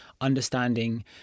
understanding